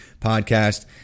podcast